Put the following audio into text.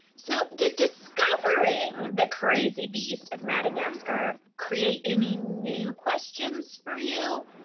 so did discovering the crazy beast of madagascar, create any new questions for you?